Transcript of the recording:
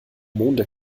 monde